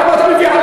למה אתה מביא עלי?